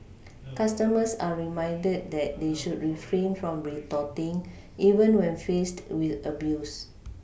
customers are reminded that they should refrain from retorting even when faced with abuse